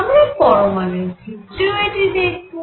আমরা পরমাণুর ক্ষেত্রেও এটি দেখব